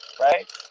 Right